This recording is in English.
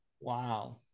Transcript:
Wow